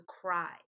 cry